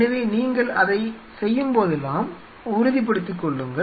எனவே நீங்கள் அதை செய்யும்போதெல்லாம் உறுதிப்படுத்திக் கொள்ளுங்கள்